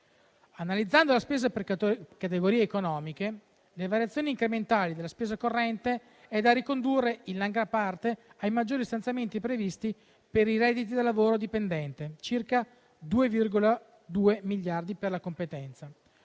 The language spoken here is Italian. Analizzando la spesa per categorie economiche, la variazione incrementale della spesa corrente è da ricondurre, in larga parte, ai maggiori stanziamenti previsti per i redditi da lavoro dipendente (circa 2,2 miliardi per la competenza),